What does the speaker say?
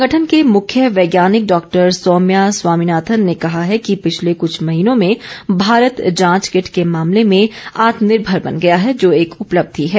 संगठन के मुख्य वैज्ञानिक डॉक्टर सौम्या स्वांमिनाथन ने कहा है कि पिछले कुछ महीनों में भारत जांच किट के मामले में आत्मनिर्भर बन गया है जो एक उपलब्धि है